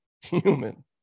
human